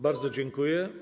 Bardzo dziękuję.